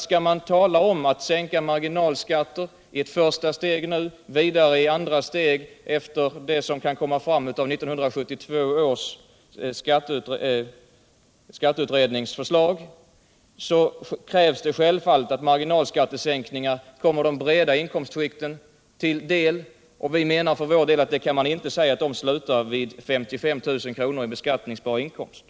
Skall man tala om att sänka marginalskatten — i ett första steg nu och i ett andra steg efter det som kan komma fram av 1972 års skatteutredning — så krävs det självfallet att dessa marginalskattesänkningar kommer de breda inkomstskikten till del. Vi menar att så inte blir fallet, om de slutar vid 55 000 kr. i beskattningsbar inkomst.